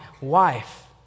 wife